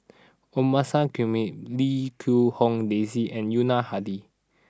Omasa Comey Lim Quee Hong Daisy and Yuna Hadi